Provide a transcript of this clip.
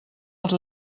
els